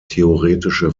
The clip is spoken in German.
theoretische